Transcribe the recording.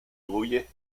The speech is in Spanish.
huye